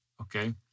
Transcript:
Okay